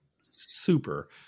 super